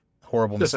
horrible